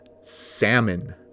salmon